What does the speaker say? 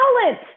Talent